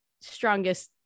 strongest